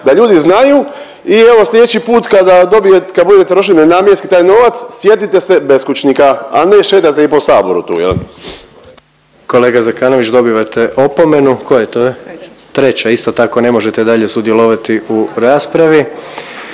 Da ljudi znaju. I evo sljedeći put kad budete trošili nenamjenski taj novac sjetite se beskućnika, a ne šetate ih po Saboru tu. Jel'? **Jandroković, Gordan (HDZ)** Kolega Zekanović dobivate opomenu. Koja je to? Treća. Isto tako ne možete dalje sudjelovati u raspravi.